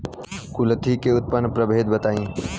कुलथी के उन्नत प्रभेद बताई?